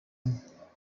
umwe